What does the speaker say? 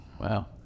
Wow